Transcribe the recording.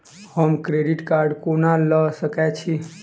हम credit card कोना लऽ सकै छी?